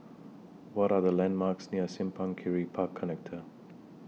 What Are The landmarks near Simpang Kiri Park Connector